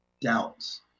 doubts